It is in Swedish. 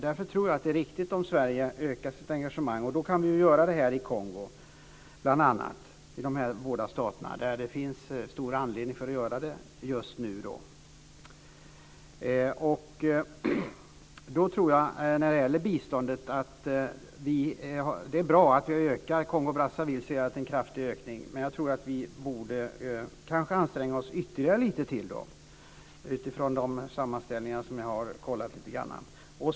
Därför tror jag att det är riktigt om Sverige ökar sitt engagemang. Det kan vi göra bl.a. i de båda Kongostaterna, där det finns stor anledning att göra det just nu. Det är bra att det är en kraftig ökning av biståndet till Kongo-Brazzaville. Men vi borde kanske anstränga oss ytterligare lite till, utifrån de sammanställningar som jag har kontrollerat lite grann.